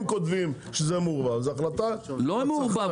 אם כותבים שזה מעורבב אז זו החלטה --- לא מעורבב,